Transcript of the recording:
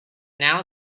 now